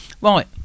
Right